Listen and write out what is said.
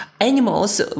animals